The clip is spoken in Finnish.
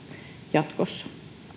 jatkossa